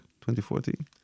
2014